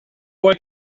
boy